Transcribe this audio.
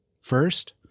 first